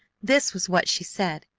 this was what she said,